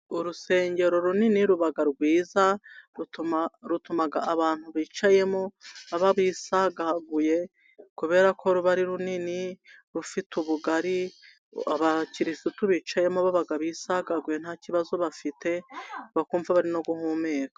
Urusengero runini, ruba rwiza, rutuma abantu bicayemo baba bisanzuye, kubera ko ruba ari runini, rufite ubugari. Abakirisitu bicayemo, baba bisanzuye, nta kibazo bafite, bakumva bari no guhumeka.